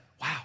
wow